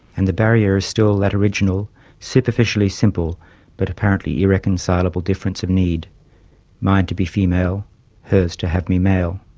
and the barrier is still that original superficially simple but apparently irreconcilable difference of need mine to be female hers to have me male.